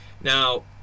Now